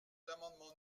l’amendement